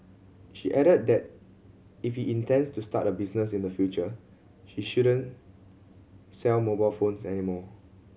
she added that if he intends to start a business in the future he shouldn't sell mobile phones any more